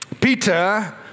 Peter